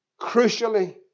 crucially